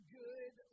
good